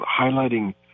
highlighting